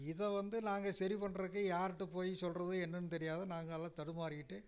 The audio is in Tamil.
இதை வந்து நாங்கள் சரி பண்றதுக்கு யார்ட்ட போய் சொல்கிறது என்னென்னு தெரியாம நாங்கெல்லாம் தடுமாறிக்கிட்டு